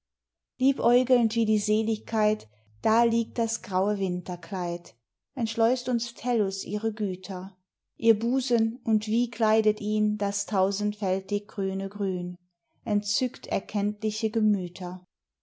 liebäugelnd wie die seligkeit da liegt das graue winterkleid entschleust uns tellus ihre güter ihr busen und wie kleidet ihn das tausendfältig grüne grün entzückt erkenntliche gemüter